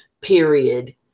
period